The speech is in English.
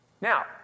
Now